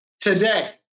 today